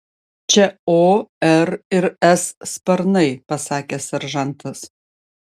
čia o r ir s sparnai pasakė seržantas